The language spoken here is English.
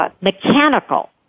Mechanical